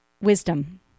wisdom